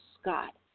Scott